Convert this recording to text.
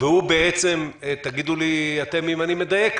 והוא תגידו לי אם אני מדייק,